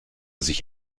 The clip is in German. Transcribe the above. sich